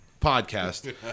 podcast